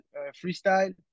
freestyle